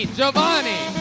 Giovanni